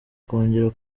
kongera